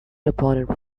opponent